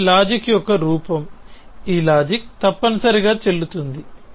ఇది లాజిక్ యొక్క రూపం ఈ లాజిక్ తప్పనిసరిగా చెల్లుతుంది